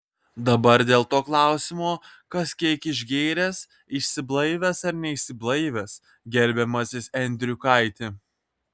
dabar dėl to klausimo kas kiek išgėręs išsiblaivęs ar neišsiblaivęs gerbiamasis endriukaiti